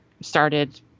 started